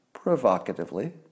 provocatively